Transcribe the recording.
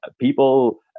People